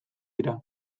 dira